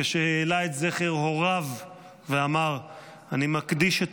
כשהעלה את זכר הוריו ואמר: "אני מקדיש את